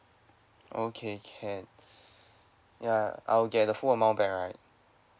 okay can ya I'll get the full amount back right